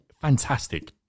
fantastic